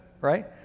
Right